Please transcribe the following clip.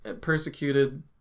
Persecuted